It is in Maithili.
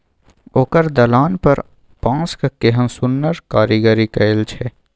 ओकर दलान पर बांसक केहन सुन्नर कारीगरी कएल छै